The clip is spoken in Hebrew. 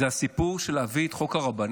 זה הסיפור של להביא את חוק הרבנים?